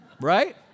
Right